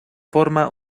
forma